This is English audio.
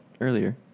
earlier